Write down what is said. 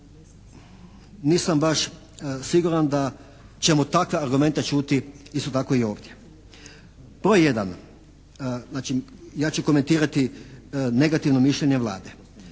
nisam baš siguran da ćemo takve argumente čuti isto tako i ovdje. Broj jedan, znači ja ću komentirati negativno mišljenje Vlade.